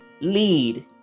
lead